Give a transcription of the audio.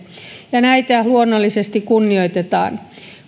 ja näitä luonnollisesti kunnioitetaan